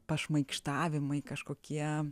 pašmaikštavimai kažkokie